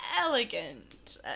elegant